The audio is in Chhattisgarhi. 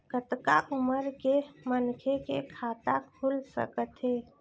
कतका उमर के मनखे के खाता खुल सकथे?